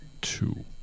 two